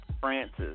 Francis